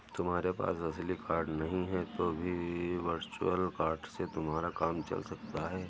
तुम्हारे पास असली कार्ड नहीं है तो भी वर्चुअल कार्ड से तुम्हारा काम चल सकता है